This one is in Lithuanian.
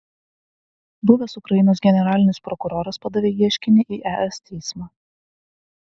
buvęs ukrainos generalinis prokuroras padavė ieškinį į es teismą